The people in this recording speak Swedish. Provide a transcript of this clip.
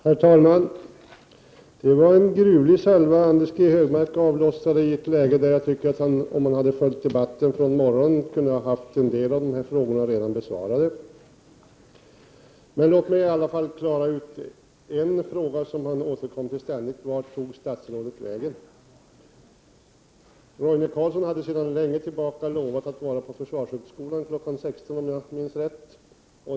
Herr talman! Det var en gruvlig salva Anders G Högmark avlossade i ett läge där jag tycker att han, om han hade följt debatten från morgonen, redan kunde ha haft en del av sina frågor besvarade. Låt mig i alla fall klara ut en fråga som han ofta återkommer till, nämligen den vart statsrådet tog vägen. Roine Carlsson hade sedan länge lovat att vara på försvarshögskolan i dag kl. 16.00, om jag minns rätt.